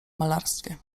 malarstwie